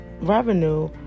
revenue